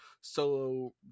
solo